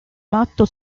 matto